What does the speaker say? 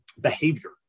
behavior